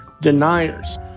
deniers